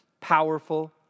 powerful